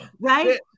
right